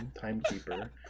timekeeper